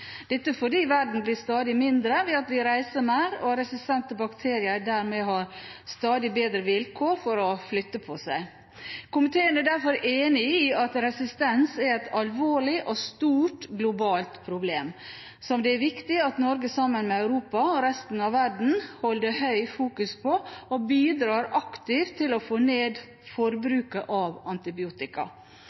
dette fordi verden blir stadig mindre ved at vi reiser mer, og resistente bakterier har dermed stadig bedre vilkår for å flytte på seg. Komiteen er derfor enig i at resistens er et alvorlig og stort globalt problem som det er viktig at Norge sammen med resten av Europa og resten av verden fokuserer sterkt på, og at man bidrar aktivt til å få ned forbruket av antibiotika.